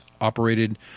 operated